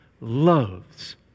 loves